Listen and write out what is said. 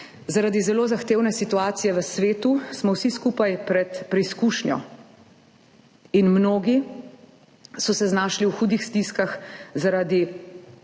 Zaradi zelo zahtevne situacije v svetu smo vsi skupaj pred preizkušnjo in mnogi so se znašli v hudih stiskah zaradi